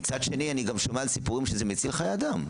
ומצד שני אני גם שומע על סיפורים שזה מציל חיי אדם.